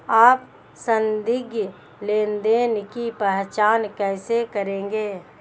आप संदिग्ध लेनदेन की पहचान कैसे करेंगे?